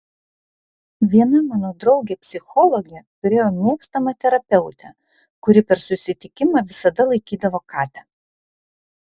viena mano draugė psichologė turėjo mėgstamą terapeutę kuri per susitikimą visada laikydavo katę